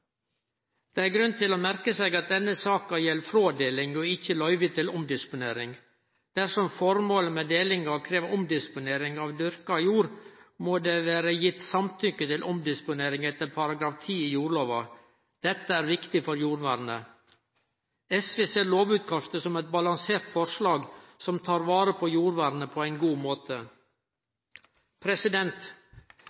Det er grunn til å merke seg at denne saka gjeld frådeling og ikkje løyve til omdisponering. Dersom formålet med delinga krev omdisponering av dyrka jord, må det vere gjeve samtykke til omdisponering etter § 9 i jordlova. Dette er viktig for jordvernet. SV ser lovutkastet som eit balansert forslag som tar vare på jordvernet på ein god måte.